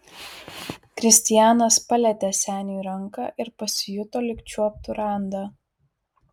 kristijanas palietė seniui ranką ir pasijuto lyg čiuoptų randą